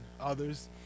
others